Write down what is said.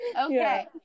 Okay